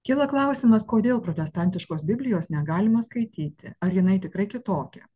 kyla klausimas kodėl protestantiškos biblijos negalima skaityti ar jinai tikrai kitokia